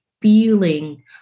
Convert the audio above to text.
feeling